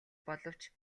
боловч